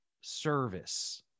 service